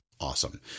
Awesome